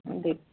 देत